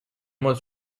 was